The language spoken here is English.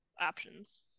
options